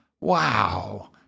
wow